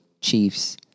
Chiefs